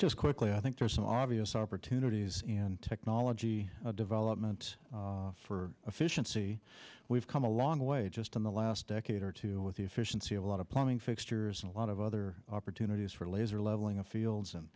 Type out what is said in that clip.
just quickly i think there's an obvious opportunities in technology development for a fission c we've come a long way just in the last decade or two with the efficiency of a lot of plumbing fixtures a lot of other opportunities for laser leveling of fields and